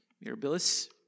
mirabilis